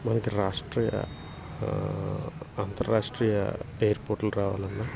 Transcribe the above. మనకి రాష్ట్రీయ అంతర్రాష్ట్రీయ ఎయిర్పోర్ట్లు రావాలన్నా